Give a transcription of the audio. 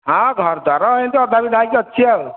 ହଁ ଘର ଦ୍ୱାର ଏମିତି ଅଧା ବିଧା ହୋଇକି ଅଛି ଆଉ